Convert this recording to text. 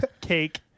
cake